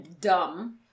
dumb